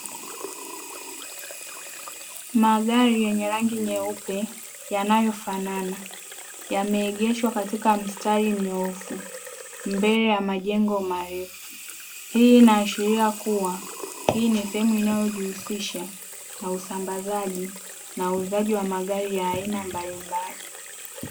Magari yenye rangi nyeupe yanayofanana, yameegeshwa katika mstari mnyoofu mbele ya majengo marefu. Hii inaashiria kuwa hii ni sehemu inayojihusisha na usambazaji na uuzaji wa magari ya aina mbalimbali.